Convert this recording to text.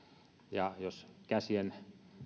ja jos käsien